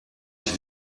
ich